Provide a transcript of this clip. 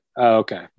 okay